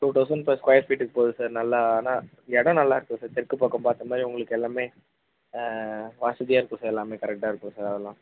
two thousand per square ஃபீட்டுக்கு போகுது sir நல்லா ஆனால் இடம் நல்லாயிருக்கும் சார் தெற்கு பக்கம் பார்த்த மாதிரி உங்களுக்கு எல்லாமே வசதியாக இருக்கும் சார் எல்லாமே கரெக்டாக இருக்கும் சார் அதெல்லாம்